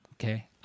Okay